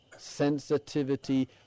Sensitivity